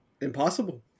impossible